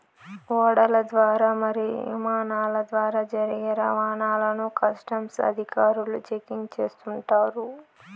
ఓడల ద్వారా మరియు ఇమానాల ద్వారా జరిగే రవాణాను కస్టమ్స్ అధికారులు చెకింగ్ చేస్తుంటారు